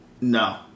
no